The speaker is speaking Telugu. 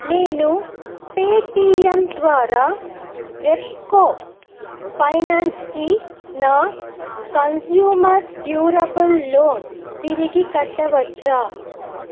నేను పేటిఎమ్ ద్వారా రెప్కో ఫైనాన్స్కి నా కంజ్యూమర్ డ్యూరబుల్ లోన్ తిరిగి కట్టవచ్చా